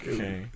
Okay